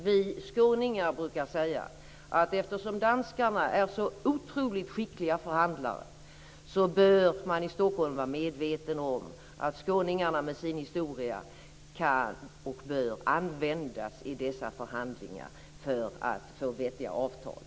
Vi skåningar brukar säga att eftersom danskarna är så otroligt skickliga förhandlare bör man i Stockholm vara medveten om att skåningarna, med sin historia, kan och bör användas i dessa förhandlingar för att få vettiga avtal.